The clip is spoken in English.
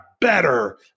better